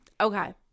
Okay